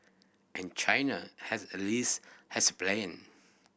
and China has a least has a plan